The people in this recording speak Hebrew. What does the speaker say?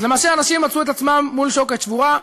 אז למעשה אנשים מצאו את עצמם מול שוקת שבורה,